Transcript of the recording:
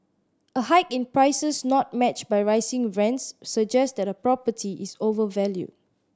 a hike in prices not matched by rising rents suggest that a property is overvalued